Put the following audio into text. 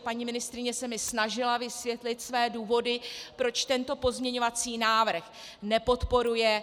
Paní ministryně se mi snažila vysvětlit své důvody, proč tento pozměňovací návrh nepodporuje.